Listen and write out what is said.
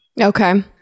okay